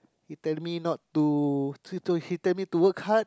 he tell me not to to to he tell me to work hard